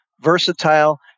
versatile